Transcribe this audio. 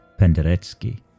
Penderecki